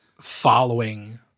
following